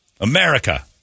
America